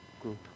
group